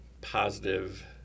positive